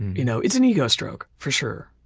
you know it's an ego stroke, for sure.